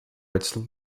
its